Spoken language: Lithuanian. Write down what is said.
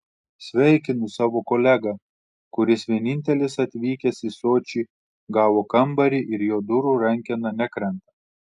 sveikinu savo kolegą kuris vienintelis atvykęs į sočį gavo kambarį ir jo durų rankena nekrenta